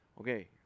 Okay